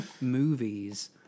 movies